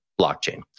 blockchain